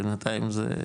בינתיים זה.